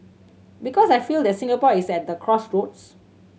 because I feel that Singapore is at the crossroads